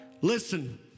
Listen